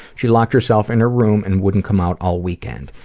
she locked herself in her room and wouldn't come out all weekend.